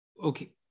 okay